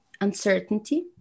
Uncertainty